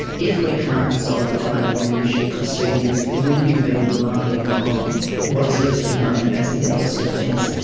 if we can't resolve the claim and we issue proceedings, will you be relying on what is loosely known as the ellis defence?